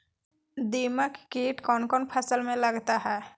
दीमक किट कौन कौन फसल में लगता है?